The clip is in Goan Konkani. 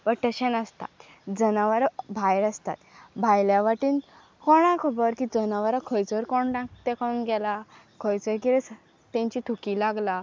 बट तशें नासता जनावरां भायर आसतात भायल्या वाटेन कोणा खबर की जनावरां खंयसर कोणाक ते कोन गेलां खंयचर कितें तेंची थुकी लागला